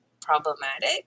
problematic